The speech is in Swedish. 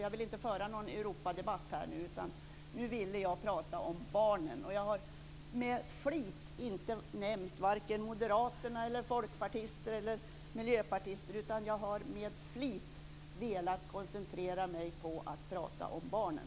Jag vill inte föra någon Europadebatt. Nu vill jag tala om barn. Jag har med flit inte nämnt vare sig moderater, folkpartister eller miljöpartister utan velat koncentrera mig på att tala om barnen.